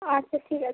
আচ্ছা ঠিক আছে